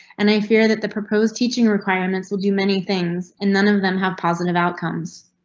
and i fear that the proposed teaching requirements will do many things, and none of them have positive outcomes.